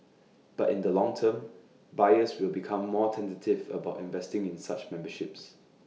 but in the longer term buyers will become more tentative about investing in such memberships